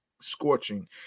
scorching